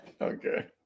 okay